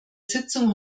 sitzung